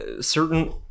certain